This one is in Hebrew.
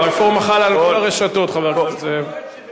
הרפורמה חלה על כל הרשתות, חבר הכנסת זאב.